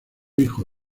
hijo